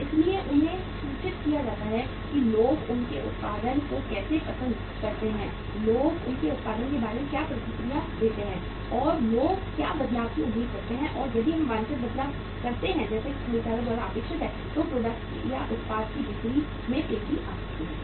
इसलिए उन्हें सूचित किया जाता है कि लोग उनके उत्पादन को कैसे पसंद करते हैं लोग उनके उत्पाद के बारे में क्या प्रतिक्रिया देते हैं और लोग क्या बदलाव की उम्मीद करते हैं और यदि हम वांछित बदलाव करते हैं जैसा कि खरीदारों द्वारा अपेक्षित है तो उत्पाद की बिक्री में तेजी आ सकती है